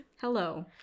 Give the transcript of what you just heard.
Hello